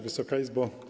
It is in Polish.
Wysoka Izbo!